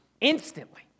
instantly